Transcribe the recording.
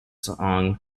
song